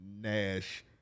Nash